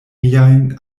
miajn